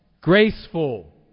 graceful